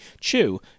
chew